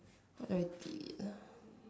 uh